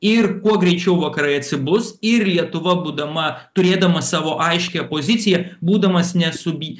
ir kuo greičiau vakarai atsibus ir lietuva būdama turėdama savo aiškią poziciją būdamas ne subj